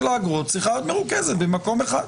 האגרות צריכה להיות מרוכזת במקום אחד.